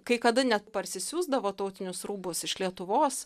kai kada net parsisiųsdavo tautinius rūbus iš lietuvos